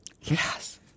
Yes